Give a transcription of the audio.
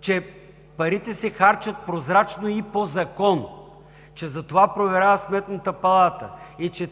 че парите се харчат прозрачно и по закон, че затова проверява Сметната палата.